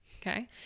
Okay